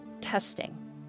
testing